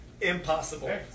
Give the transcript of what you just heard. impossible